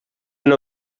una